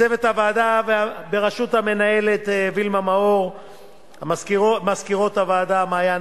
לצוות הוועדה בראשות המנהלת וילמה מאור ולמזכירות הוועדה מעיין,